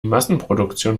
massenproduktion